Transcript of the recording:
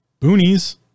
boonies